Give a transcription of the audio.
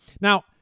Now